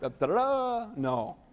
No